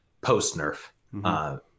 post-nerf